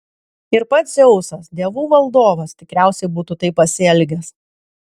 ir pats dzeusas dievų valdovas tikriausiai būtų taip pasielgęs